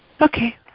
Okay